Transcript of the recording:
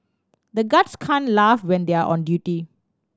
the guards can't laugh when they are on duty